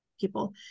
people